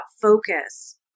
focus